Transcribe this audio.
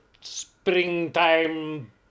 springtime